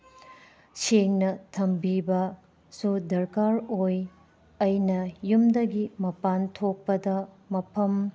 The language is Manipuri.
ꯁꯦꯡꯅ ꯊꯝꯕꯤꯕꯁꯨ ꯗꯔꯀꯥꯔ ꯑꯣꯏ ꯑꯩꯅ ꯌꯨꯝꯗꯒꯤ ꯃꯄꯥꯜ ꯊꯣꯛꯄꯗ ꯃꯐꯝ